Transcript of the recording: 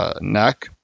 neck